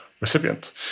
recipient